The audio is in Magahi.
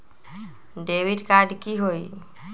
डेबिट कार्ड की होई?